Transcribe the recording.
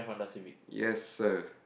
yes sir